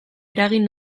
eragin